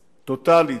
טוטלית.